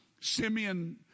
Simeon